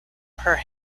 her